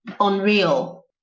unreal